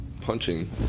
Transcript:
punching